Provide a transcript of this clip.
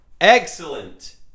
Excellent